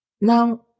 Now